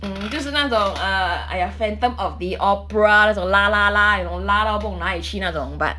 mm 就是那种 ah !aiya! phantom of the opera 那种拉拉拉 you know 拉到不懂哪里去的那种 but